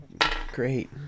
Great